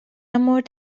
مورد